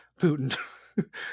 Putin